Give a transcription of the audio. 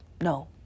no